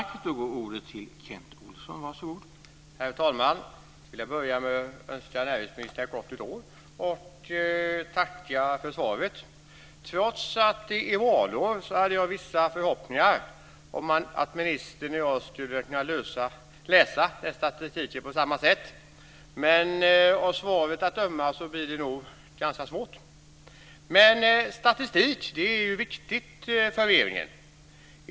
Herr talman! Till att börja med önskar jag näringsministern ett gott nytt år och tackar för svaret. Trots att det är valår hade jag vissa förhoppningar om att ministern och jag skulle kunna läsa statistiken på samma sätt, men av svaret att döma blir det nog ganska svårt. Statistik är dock viktig för regeringen.